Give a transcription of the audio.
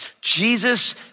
Jesus